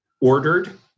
ordered